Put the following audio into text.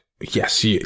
yes